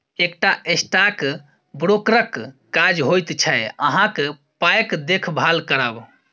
एकटा स्टॉक ब्रोकरक काज होइत छै अहाँक पायक देखभाल करब